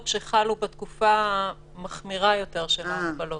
שחלו בתקופה המחמירה יותר של ההגבלות.